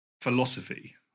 philosophy